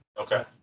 Okay